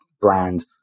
brand